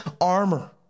armor